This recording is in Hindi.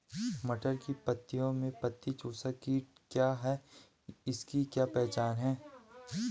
मटर की पत्तियों में पत्ती चूसक कीट क्या है इसकी क्या पहचान है?